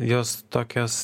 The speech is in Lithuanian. jos tokios